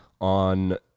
on